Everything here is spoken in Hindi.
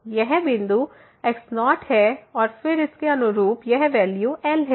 यह बिंदु x0 है और फिर इसके अनुरूप यह वैल्यू L है